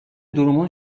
durumun